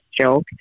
joke